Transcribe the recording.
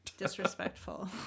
disrespectful